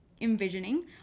envisioning